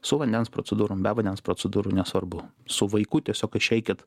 su vandens procedūrom be vandens procedūrų nesvarbu su vaiku tiesiog išeikit